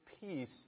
peace